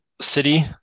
city